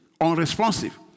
unresponsive